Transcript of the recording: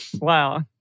Wow